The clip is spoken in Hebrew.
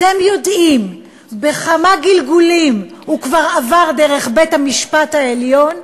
אתם יודעים כמה גלגולים הוא כבר עבר דרך בית-המשפט העליון?